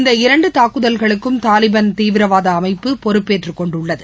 இந்த இரண்டுதாக்குதல்களுக்கும் தாலிபான் தீவிரவாதஅமைப்பு பொறுப்பேற்றுக்கொண்டுள்ளது